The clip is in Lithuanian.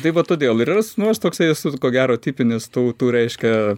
tai va todėl ir yra sūnus toksai ko gero tipinis tų tų reiškia